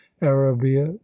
arabia